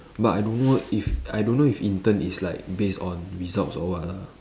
but I don't know if I don't know if intern is like based on results or what lah